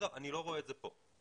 אני לא רואה את זה פה.